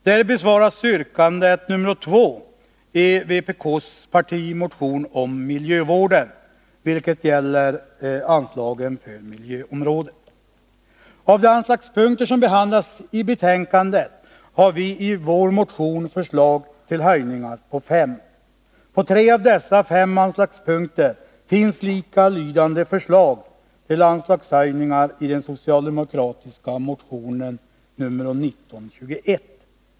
Där besvaras yrkandet nr2 i vpk:s partimotion om miljövården, vilket gäller anslagen för miljöområdet. Av de anslagspunkter som behandlas i betänkandet har vi i vår motion förslag till höjningar på fem. På tre av dessa fem anslagspunkter finns likalydande förslag till anslagshöjningar i den socialdemokratiska motionen nr 1921.